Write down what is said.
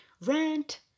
rent